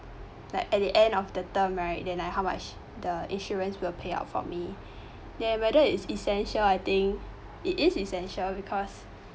like at the end of the term right then like how much the insurance will pay out for me then whether is essential I think it is essential because